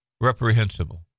reprehensible